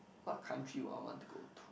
what country will I want to go to